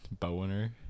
bowener